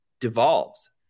devolves